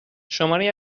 شماری